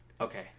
Okay